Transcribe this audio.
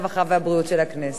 הרווחה והבריאות של הכנסת.